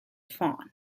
fawn